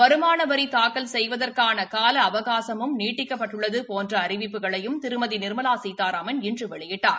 வருமான வரி தாக்கல் செய்வதற்கான கால அவகாசமும் நீட்டிக்கப்பட்டள்ளது போன்ற அறிவிப்புகளையும் திருமதி நிா்மலா சீதாராமன் இன்று வெளியிட்டார்